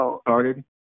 started